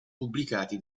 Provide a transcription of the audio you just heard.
pubblicati